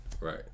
Right